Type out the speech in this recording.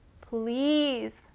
please